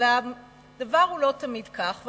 אבל לא תמיד כך הדבר.